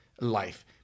life